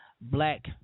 black